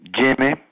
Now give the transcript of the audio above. Jimmy